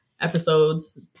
episodes